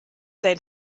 sein